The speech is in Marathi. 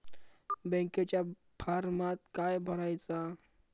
बँकेच्या फारमात काय भरायचा?